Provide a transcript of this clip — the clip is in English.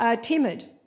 timid